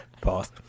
Pause